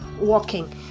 walking